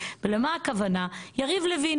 אלא לכול העם שנושא אליכם